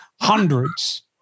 Hundreds